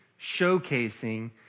showcasing